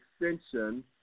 extension